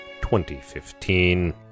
2015